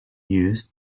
used